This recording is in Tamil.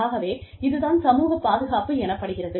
ஆகவே இது தான் சமூகப் பாதுகாப்பு எனப்படுகிறது